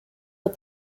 but